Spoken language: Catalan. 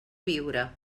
viure